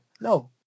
No